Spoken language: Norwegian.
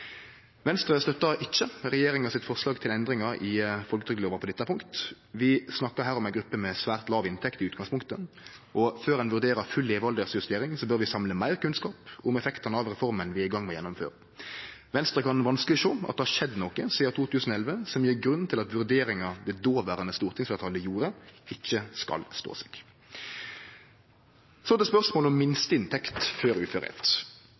Venstre støttar ikkje regjeringas forslag til endringar i folketrygdlova på dette punktet. Vi snakkar her om ei gruppe med særs låg inntekt i utgangspunktet, og før ein vurderer full levealdersjustering bør vi samle meir kunnskap om effektane av reforma vi er i gong med å gjennomføre. Venstre kan vanskeleg sjå at det har skjedd noko sidan 2011 som gjev grunn til at vurderinga det dåverande stortingsfleirtalet gjorde, ikkje skal stå seg. Så til spørsmålet om minsteinntekt før